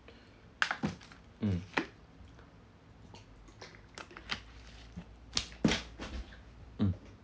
mm mm